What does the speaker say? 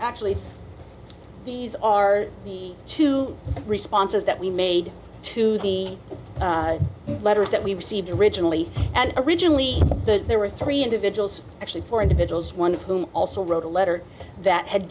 actually these are the two responses that we made to the letters that we received originally and originally there were three individuals actually four individuals one of whom also wrote a letter that had